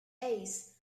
ace